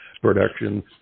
production